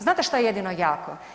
Znate šta je jedino jako?